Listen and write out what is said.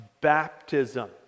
baptism